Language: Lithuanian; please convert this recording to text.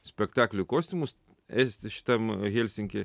spektaklių kostiumus esti šitam helsinky